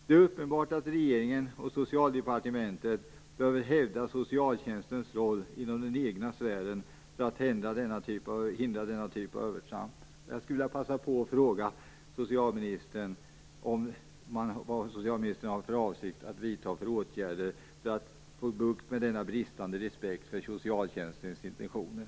Det är uppenbart att regeringen och Socialdepartementet behöver hävda socialtjänstens roll inom den egna sfären för att hindra denna typ av övertramp. Jag skulle vilja passa på att fråga vilka åtgärder socialministern har för avsikt att vidta för att få bukt med denna bristande respekt för socialtjänstens intentioner.